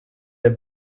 have